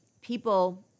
people